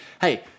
Hey